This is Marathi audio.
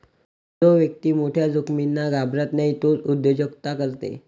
जो व्यक्ती मोठ्या जोखमींना घाबरत नाही तोच उद्योजकता करते